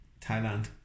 Thailand